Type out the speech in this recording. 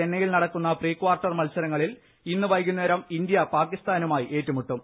ചെന്നൈയിൽ നടക്കുന്ന പ്രീക്വാർട്ടർ മത്സരങ്ങളിൽ ഇന്ന് വൈകുന്നേരം ഇന്ത്യ പാക്കിസ്ഥാനുമായി ഏറ്റുമുട്ടും